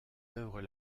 œuvres